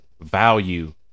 value